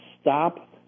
stop